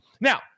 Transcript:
Now